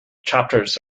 chapters